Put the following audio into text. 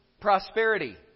prosperity